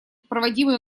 проводимый